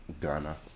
Ghana